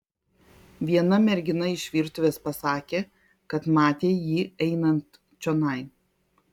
viena mergina iš virtuvės pasakė kad matė jį einant čionai